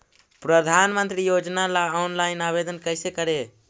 प्रधानमंत्री योजना ला ऑनलाइन आवेदन कैसे करे?